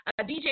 DJ